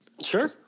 Sure